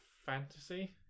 fantasy